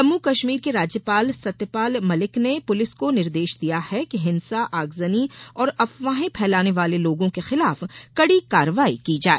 जम्मु कश्मीर के राज्यपाल सत्यपाल मलिक ने पुलिस को निर्देश दिया है कि हिंसा आगजनी और अफवाहें फैलाने वाले लोगों के खिलाफ कड़ी कार्रवाई की जाए